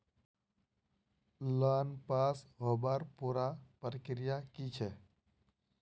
Loan pass होबार पुरा प्रक्रिया की छे?